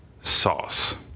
sauce